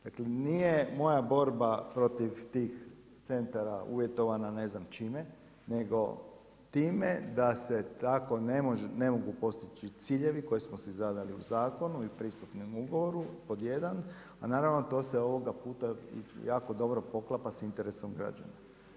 Dakle nije moja borba protiv tih centara uvjetovana ne znam čime nego time da se tako ne mogu postići ciljevi koje smo si zadali u zakonu i pristupnom ugovoru, pod jedan, a naravno to se ovoga puta jako dobro poklapa sa interesom građana.